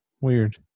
Weird